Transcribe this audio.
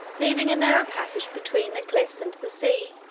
leaving a narrow passage between the cliffs and the sea.